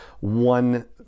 One